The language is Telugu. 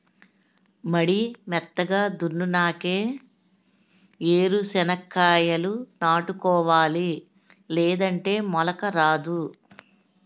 మడి మెత్తగా దున్నునాకే ఏరు సెనక్కాయాలు నాటుకోవాలి లేదంటే మొలక రాదు